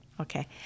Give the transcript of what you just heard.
Okay